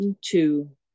two